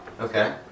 Okay